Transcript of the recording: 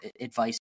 advice